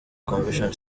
convention